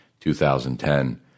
2010